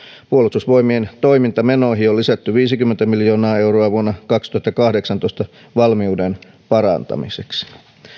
puolustusvoimien toimintamenoihin on lisätty viisikymmentä miljoonaa euroa vuonna kaksituhattakahdeksantoista valmiuden parantamiseksi